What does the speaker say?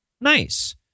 Nice